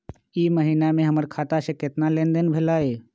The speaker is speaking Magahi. ई महीना में हमर खाता से केतना लेनदेन भेलइ?